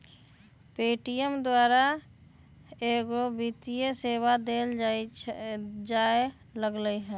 Paytm द्वारा कएगो वित्तीय सेवा देल जाय लगलई ह